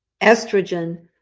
estrogen